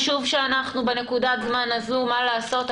חשוב שבנקודת הזמן הזו מה לעשות,